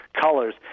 colors